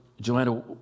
Joanna